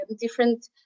different